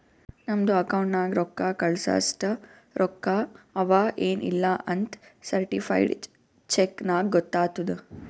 ನಮ್ದು ಅಕೌಂಟ್ ನಾಗ್ ರೊಕ್ಕಾ ಕಳ್ಸಸ್ಟ ರೊಕ್ಕಾ ಅವಾ ಎನ್ ಇಲ್ಲಾ ಅಂತ್ ಸರ್ಟಿಫೈಡ್ ಚೆಕ್ ನಾಗ್ ಗೊತ್ತಾತುದ್